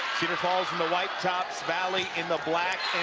cedar falls in the white top, valley in the black